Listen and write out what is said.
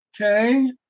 Okay